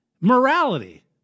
morality